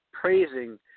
praising